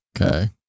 okay